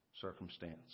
Circumstance